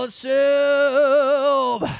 soup